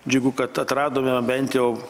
džiugu kad atradome bent jau